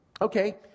Okay